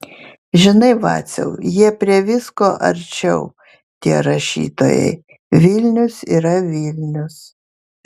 žinai vaciau jie prie visko arčiau tie rašytojai vilnius yra vilnius